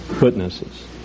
witnesses